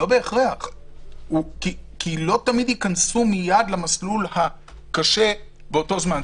לא בהכרח כי לא תמיד ייכנסו מייד למסלול הקשה באותו זמן.